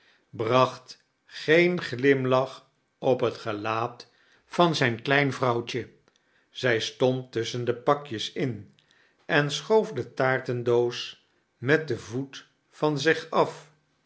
bracht geen glimlach op het gelaat van zijn kleine vrouwtje zij stond tusschen de pakjes in en schoof de taartendoos met den voet van zich af